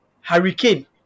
Hurricane